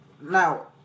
now